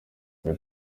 ibi